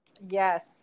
yes